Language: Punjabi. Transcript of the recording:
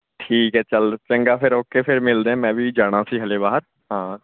ਠੀਕ ਹੈ ਚੱਲ ਚੰਗਾ ਫਿਰ ਓਕੇ ਫਿਰ ਮਿਲਦੇ ਮੈਂ ਵੀ ਜਾਣਾ ਸੀ ਹਲੇ ਬਾਹਰ ਹਾਂ